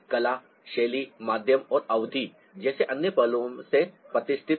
कला शैली माध्यम और अवधि जैसे कई अन्य पहलुओं से प्रतिष्ठित है